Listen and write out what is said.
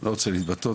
לא רוצה להתבטא,